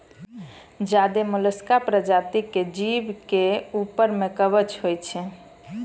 ज्यादे मोलसका परजाती के जीव के ऊपर में कवच होय छै